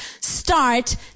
start